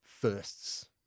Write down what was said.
firsts